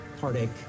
heartache